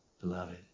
beloved